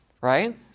Right